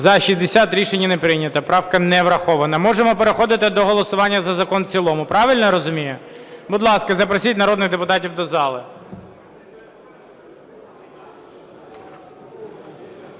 За-60 Рішення не прийнято. Правка не врахована. Можемо переходити до голосування за закон в цілому. Правильно я розумію? Будь ласка, запросіть народних депутатів до зали.